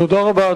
תודה רבה.